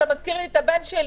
אתה מזכיר לי את הבן שלי,